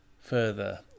further